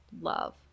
love